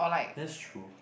that's true